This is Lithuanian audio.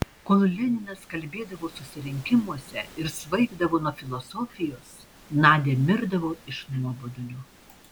kol leninas kalbėdavo susirinkimuose ir svaigdavo nuo filosofijos nadia mirdavo iš nuobodulio